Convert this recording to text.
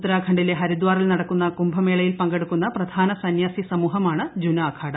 ഉത്തരാഖണ്ഡില്ലെ പ്രഹ്മരിദ്ധാറിൽ നടക്കുന്ന കുംഭമേളയിൽ പങ്കെടുക്കുന്ന പ്രധാന് സന്യാസി സമൂഹമാണ് ജുന അഖാഡ